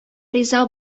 риза